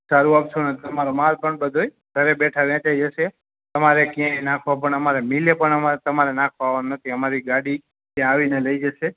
સારું આપશું અને તમારો માલ પણ બધો ઘરે બેઠાં વેચાઈ જશે તમારે ક્યાંય નાખવા પણ અમારે મિલે પણ તમારે નાખવા આવવાનું નથી અમારી ગાડી ત્યાં આવીને લઇ જશે